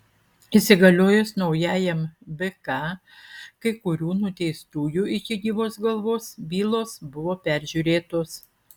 įsigaliojus naujajam bk kai kurių nuteistųjų iki gyvos galvos bylos buvo peržiūrėtos